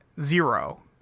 Zero